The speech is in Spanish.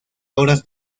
horas